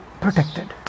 protected